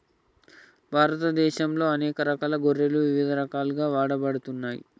భారతదేశంలో అనేక రకాల గొర్రెలు ఇవిధ రకాలుగా వాడబడుతున్నాయి